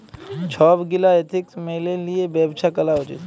ছব গীলা এথিক্স ম্যাইলে লিঁয়ে ব্যবছা ক্যরা উচিত